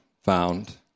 found